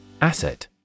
Asset